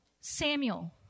Samuel